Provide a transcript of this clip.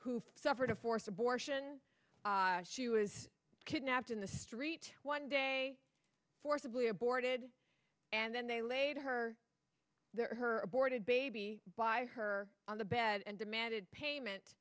who've suffered a forced abortion she was kidnapped in the street one day forcibly aborted and then they laid her there her aborted baby by her on the bed and demanded payment